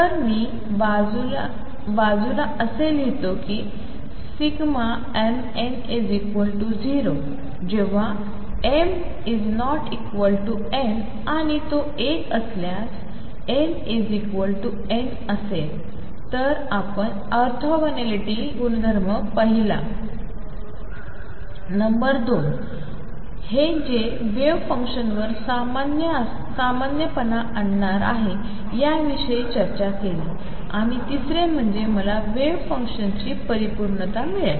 तर मी बाजूला असे लिहितो कीmn0 जेव्हा m ≠ n आणि तो 1 असल्यास m n असेल तरआपण ऑर्थोगोनॅलिटी गुणधर्म पहिला नंबर 2 हे जे वेव्ह फंक्शन्सवर सामान्यपणा आणणार आहे याविषयी चर्चा केली आणि तिसरे म्हणजे मला वेव्ह फंक्शन्सची परिपूर्णता मिळेल